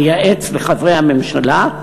מייעץ לחברי הממשלה,